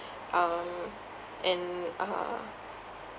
um and uh